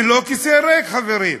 ולא כיסא ריק, חברים.